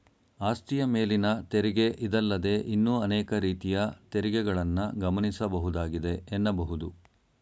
ಆಸ್ತಿಯ ಮೇಲಿನ ತೆರಿಗೆ ಇದಲ್ಲದೇ ಇನ್ನೂ ಅನೇಕ ರೀತಿಯ ತೆರಿಗೆಗಳನ್ನ ಗಮನಿಸಬಹುದಾಗಿದೆ ಎನ್ನಬಹುದು